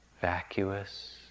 vacuous